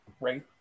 Right